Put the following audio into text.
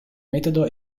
metodo